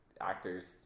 actors